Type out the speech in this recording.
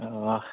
ᱚ